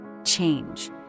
change